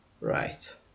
Right